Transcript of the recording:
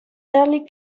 early